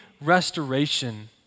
restoration